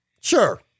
Sure